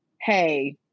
hey